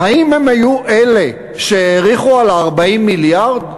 האם הם היו אלה שהעריכו את 40 המיליארד?